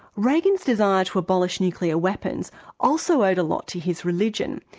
reagan's desire to abolish nuclear weapons also owed a lot to his religion.